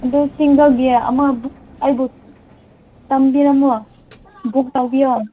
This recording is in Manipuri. ꯑꯗꯨ ꯁꯤꯡꯒꯜꯒꯤ ꯑꯃ ꯕꯨꯛ ꯑꯩꯕꯨ ꯊꯝꯕꯤꯔꯝꯃꯣ ꯕꯨꯛ ꯇꯧꯕꯤꯌꯣ